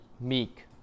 meek